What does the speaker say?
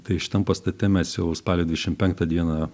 tai šitam pastate mes jau spalio dvidešim penktą dieną